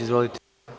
Izvolite.